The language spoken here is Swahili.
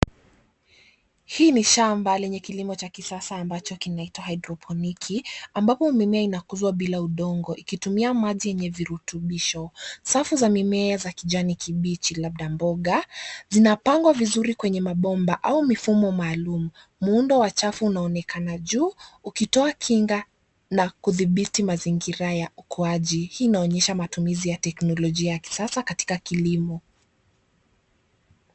Hii ni shamba lenye kilimo cha kisasa ambacho kinaitwa haidroponiki, ambapo mimea inakuzwa bila udongo ikitumia maji yenye virutubisho. Safu za mimea za kijani kibichi labda mboga, zinapangwa vizuri kwenye mabomba au mifumo maalum. Muundo wa chafu unaonekana juu, ukitoa kinga na kudhibiti mazingira ya ukuwaji. Hii inaonyesha matumizi ya teknolojia ya kisasa katika kilimo.